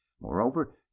Moreover